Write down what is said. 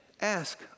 ask